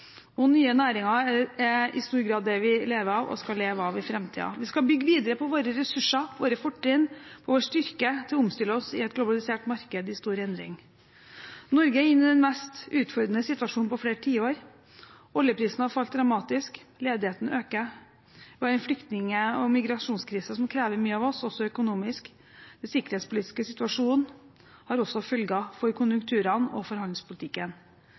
og nye næringer er i stor grad det vi lever av og skal leve av i framtiden. Vi skal bygge videre på våre ressurser, våre fortrinn og vår styrke til å kunne omstille oss i et globalisert marked i stor endring. Norge er inne i den mest utfordrende situasjonen vi har vært i på flere tiår. Oljeprisen har falt dramatisk, ledigheten øker, og det er en flyktning- og migrasjonskrise som krever mye av oss – også økonomisk. Den sikkerhetspolitiske situasjonen får også følger for konjunkturer og handelspolitikken.